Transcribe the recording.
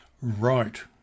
Right